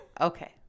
Okay